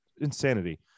insanity